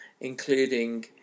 including